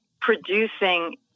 producing